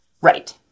right